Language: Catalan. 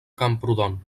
camprodon